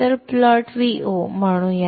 तर प्लॉट व्हो म्हणूया